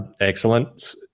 Excellent